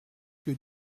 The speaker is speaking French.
que